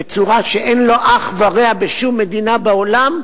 בצורה שאין לה אח ורע בשום מדינה בעולם,